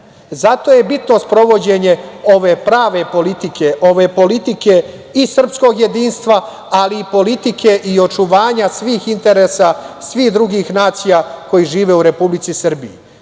je bitno sprovođenje ove pravne politike, ove politike i srpskog jedinstva, ali i politike i očuvanja svih interesa svih drugih nacija koje žive u Republici Srbiji. Takođe,